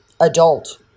adult